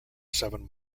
seven